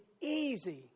easy